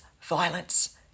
violence